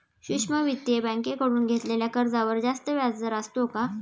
सूक्ष्म वित्तीय बँकेकडून घेतलेल्या कर्जावर जास्त व्याजदर असतो का?